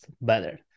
better